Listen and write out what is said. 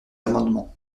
amendement